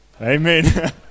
Amen